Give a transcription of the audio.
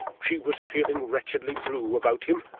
she was feeling wretchedly blue about him,